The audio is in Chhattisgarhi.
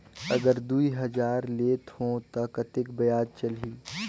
अगर दुई हजार लेत हो ता कतेक ब्याज चलही?